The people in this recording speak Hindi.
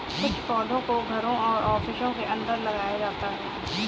कुछ पौधों को घरों और ऑफिसों के अंदर लगाया जाता है